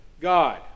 God